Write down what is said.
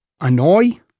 annoy